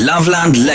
Loveland